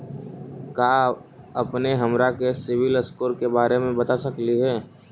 का अपने हमरा के सिबिल स्कोर के बारे मे बता सकली हे?